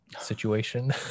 situation